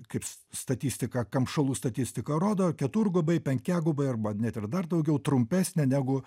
kaip statistika kamšalų statistika rodo keturgubai penkiagubai arba net ir dar daugiau trumpesnė negu